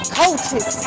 coaches